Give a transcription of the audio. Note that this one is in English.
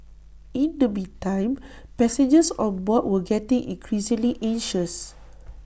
in the meantime passengers on board were getting increasingly anxious